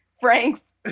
Frank's